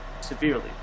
severely